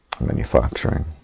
manufacturing